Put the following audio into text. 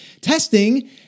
testing